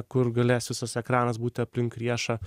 kur galės visas ekranas būti aplink riešą